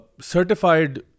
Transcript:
certified